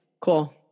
Cool